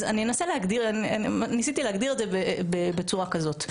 אז ניסיתי להגדיר את זה בצורה כזאת: